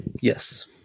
Yes